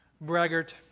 braggart